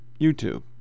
YouTube